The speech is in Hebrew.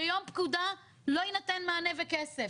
ביום פקודה לא יינתן מענה וכסף.